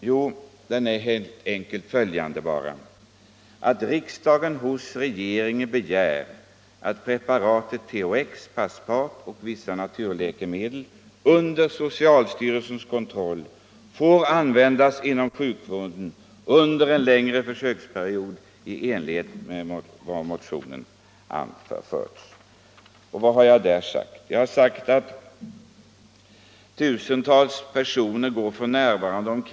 Jo, den är helt enkelt följande: att riksdagen hos regeringen begär att preparaten THX och Paspat samt vissa naturläkemedel under socialstyrelsens kontroll får användas inom sjukvården under en längre försöksperiod i enlighet med vad i motionen anförts. Och vad har varit min motivering? Jo, jag har hänvisat till att tusentals personer f. n. använder THX.